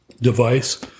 device